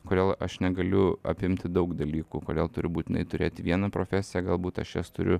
kodėl aš negaliu apimti daug dalykų kodėl turi būtinai turėti vieną profesiją galbūt aš jas turiu